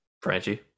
Franchi